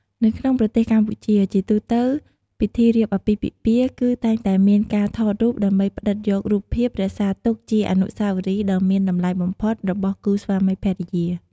នៅក្នុងប្រទេសកម្ពុជា ជាទូទៅពិធីរៀបអាពាហ៍ពិពាហ៍ គឺតែងតែមានការថតរូបដើម្បីផ្តិតយករូបភាពរក្សាទុកជាអនុស្សាវរីយ៍ដ៏មានតម្លៃបំផុតរបស់គូស្វាមីភរិយា។